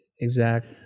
exact